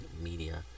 Media